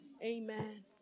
Amen